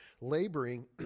laboring